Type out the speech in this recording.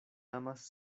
amas